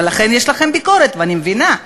ולכן יש לכם ביקורת, ואני מבינה,